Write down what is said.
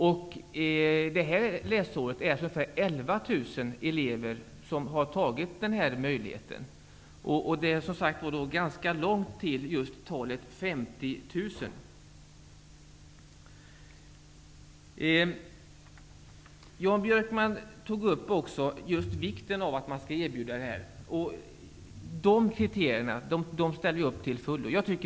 Under det här läsåret är det ungefär 11 000 elever som har tagit den här möjligheten. Då är det ganska långt till talet 50 000. Jan Björkman tog också upp vikten av att man skall erbjuda detta. De kriterierna ställer vi upp på till fullo.